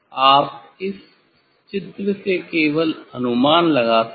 आप इस चित्र से केवल अनुमान लगा सकते हैं